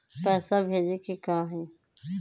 पैसा भेजे के हाइ?